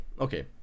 okay